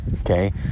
Okay